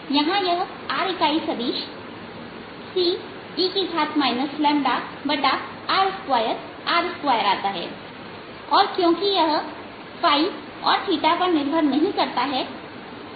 यहां यह r इकाई सदिश ce r2 r2आता है और क्योंकि यह और निर्भर नहीं करता है